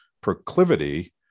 proclivity